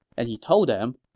and he told them,